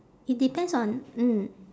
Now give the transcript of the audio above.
it depends on mm